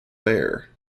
bear